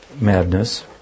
madness